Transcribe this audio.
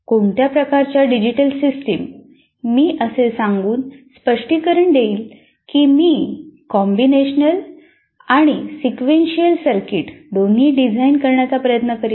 कोणत्या प्रकारच्या digital system मी असे सांगून स्पष्टीकरण देईन की मी कॉम्बीनेशनल आणि सिक्वेंशियल सर्किट दोन्ही डिझाइन करण्याचा प्रयत्न करीत आहे